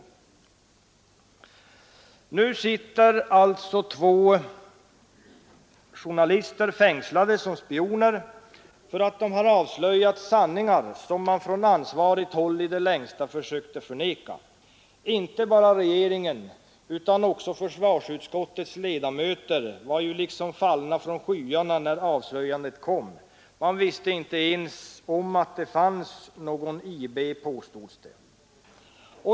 Nu sitter alltså två journalister fängslade som spioner för att de har avslöjat sanningar som man från ansvarigt håll i det längsta försökte förneka. Inte bara regeringen utan också försvarsutskottets ledamöter var liksom fallna från skyarna när avslöjandet kom. Man visste inte ens om att det fanns någon IB, påstods det.